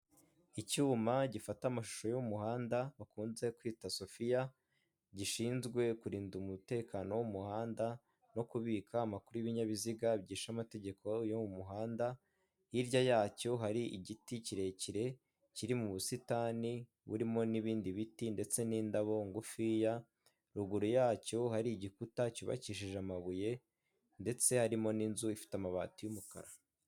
Icyuma gifata amashusho y'umuhanda bakunze kwita sofiya gishinzwe kurinda umutekano w'umuhanda no kubika amakuru y'ibinyabiziga byishe amategeko yo mu muhanda hirya yacyo hari igiti kirekire kiri mu busitani burimo n'ibindi biti ndetse n'indabo ngufiya ruguru yacyo hari igikuta cyubakishije amabuye ndetse harimo n'inzu ifite amabati y'umukara.